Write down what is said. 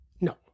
No